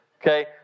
Okay